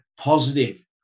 positive